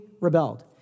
rebelled